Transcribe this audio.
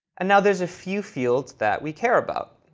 and now there's a few fields that we care about.